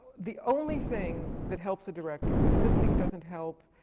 the only thing that helps a director assisting doesn't help.